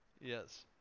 Yes